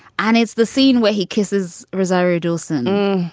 and it's the scene where he kisses rosario dawson.